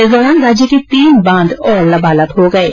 इस दौरान राज्य के तीन बांध और लबालब हो गये